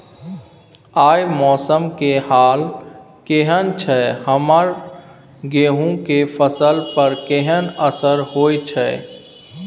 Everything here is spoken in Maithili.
आय मौसम के हाल केहन छै हमर गेहूं के फसल पर केहन असर होय छै?